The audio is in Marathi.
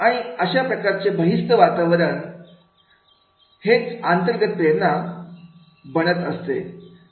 आणि अशा प्रकारचे बहिस्त स्पर्धात्मक वातावरण हेच अंतर्गत प्रेरणा बनवत असतात